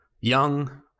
young